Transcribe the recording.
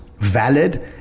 valid